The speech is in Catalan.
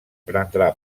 prendrà